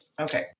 okay